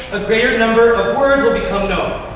but greater number of words will become known.